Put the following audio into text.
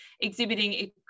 exhibiting